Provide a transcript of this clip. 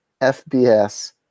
FBS